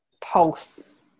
pulse